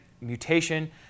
mutation